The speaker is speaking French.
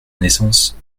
naissance